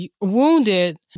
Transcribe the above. wounded